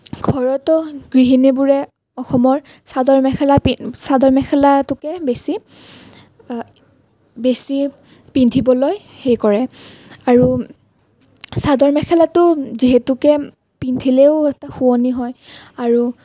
ঘৰতো গৃহিণীবোৰে অসমৰ চাদৰ মেখেলা চাদৰ মেখেলাটোকে বেছি বেছি পিন্ধিবলৈ হেৰি কৰে আৰু চাদৰ মেখেলাটো যিহেতুকে পিন্ধিলেও এটা শুৱনি হয় আৰু